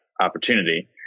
opportunity